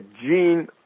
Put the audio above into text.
Gene